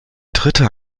dritte